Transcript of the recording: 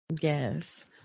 Yes